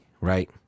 right